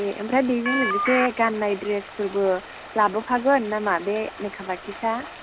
ए आमफ्राय बिजों लोगोसे गाननाय ड्रेसफोरबो लाबोफागोन नामा बे मेकाप आर्टिस्टआ